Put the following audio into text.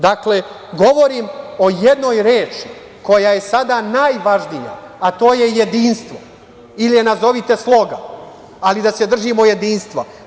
Dakle, govorim o jednoj reči, koja je sada najvažnija, a to je jedinstvo, ili je nazovite sloga, ali da se držimo jedinstva.